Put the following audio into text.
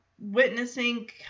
witnessing